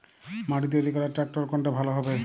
মাটি তৈরি করার ট্রাক্টর কোনটা ভালো হবে?